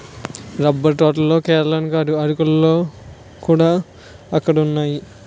rubber తోటలు కేరళలోనే కాదు అరకులోకూడా అక్కడక్కడున్నాయి